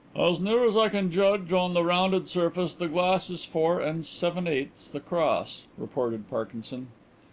as near as i can judge on the rounded surface, the glass is four and seven-eighths across, reported parkinson.